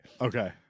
Okay